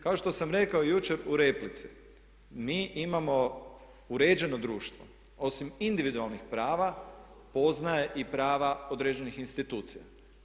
Kao što sam rekao jučer u replici mi imamo uređeno društvo, osim individualnih prava poznajemo i prava određenih institucija.